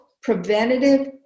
preventative